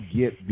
get